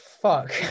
fuck